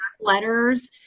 letters